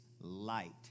light